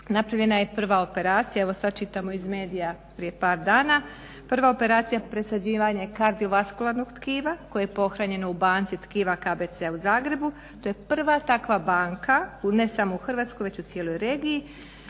napravljena je prva operacija, evo sad čitamo iz medija prije par dana. Prva operacija presađivanje kardiovaskularnog tkiva koje je pohranjeno u banci tkiva KBC u Zagrebu, to je prva takva banka u ne samo u Hrvatskoj već u cijeloj regiji